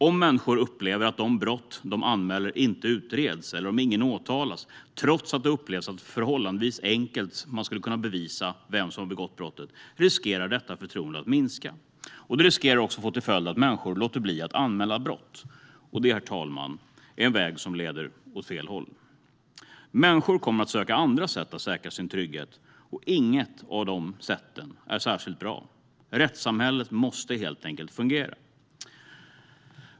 Om människor upplever att de brott de anmäler inte utreds eller om ingen åtalas, trots att det upplevs vara förhållandevis enkelt att bevisa vem som har begått brottet, riskerar detta förtroende att minska. Det riskerar också att få till följd att människor låter bli att anmäla brott. Detta, herr talman, är en väg som leder åt fel håll. Människor kommer att söka andra sätt att säkra sin trygghet, och inget av dessa sätt är särskilt bra. Rättssamhället måste helt enkelt fungera.